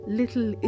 little